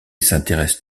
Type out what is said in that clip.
s’intéresse